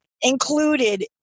included